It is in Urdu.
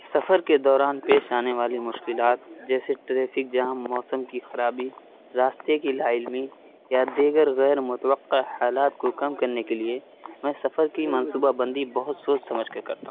سفر کے دوران پیش آنے والی مشکلات جیسے ٹریفک جام موسم کی خرابی راستے کی لا علمی یا دیگر غیرمتوقع حالات کو کم کرنے کے لیے میں سفر کی منصوبہ بندی بہت سوچ سمجھ کے کرتا ہوں